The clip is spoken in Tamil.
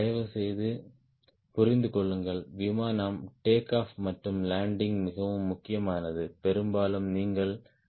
தயவுசெய்து புரிந்து கொள்ளுங்கள் ஏர்பிளேன் டேக்ஆப் மற்றும் லேண்டிங் மிகவும் முக்கியமானது பெரும்பாலும் நீங்கள் சி